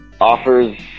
offers